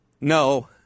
No